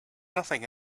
nothing